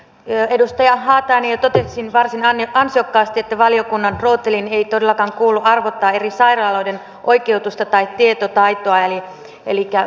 edustaja haatainen jo totesi varsin ansiokkaasti että valiokunnan rooteliin ei todellakaan kuulu arvottaa eri sairaaloiden oikeutusta tai tietotaitoa